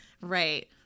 Right